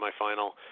semifinal